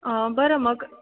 बरं मग